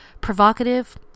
provocative